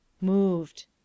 Moved